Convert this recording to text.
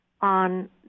on